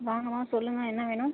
வாங்கம்மா சொல்லுங்கள் என்ன வேணும்